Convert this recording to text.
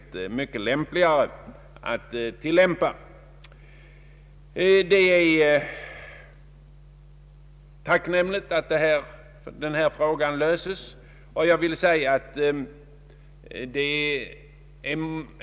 Det är, som sagt, tacknämligt att den här frågan löses.